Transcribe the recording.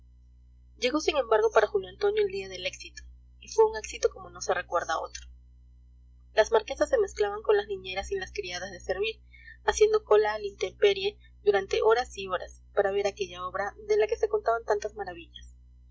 llegó sin embargo para julio antonio el día del éxito y fue un éxito como no se recuerda otro las marquesas se mezclaban con las niñeras y las criadas de servir haciendo cola a la intemperie durante horas y horas para ver aquella obra de la que se contaban tantas maravillas